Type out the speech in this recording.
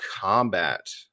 combat